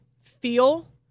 feel